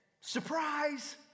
Surprise